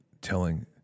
telling